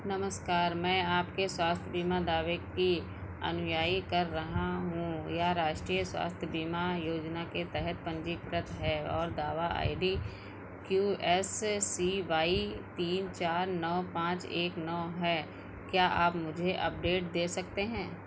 नमस्कार मैं आपके स्वास्थ्य बीमा दावे की अनुयायी कर रहा हूँ या राष्ट्रीय स्वास्थ्य बीमा योजना के तहत पन्जीकृत है और दावा I D Q S C Y तीन चार नौ पाँच एक नौ है क्या आप मुझे अपडेट दे सकते हैं